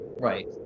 Right